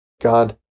God